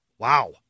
Wow